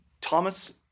Thomas